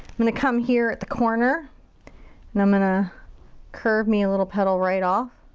i'm gonna come here at the corner and i'm gonna curve me a little petal right off.